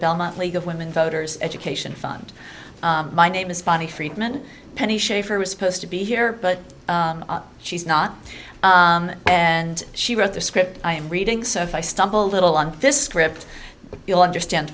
belmont league of women voters education fund my name is funny freedman penny schaefer was supposed to be here but she's not and she wrote the script i am reading so if i stumble little on this script you'll understand